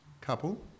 Couple